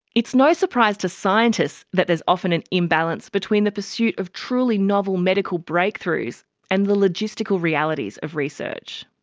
it's no surprise to scientists that there is often an imbalance between the pursuit of truly novel medical breakthroughs and the logistical realities of research.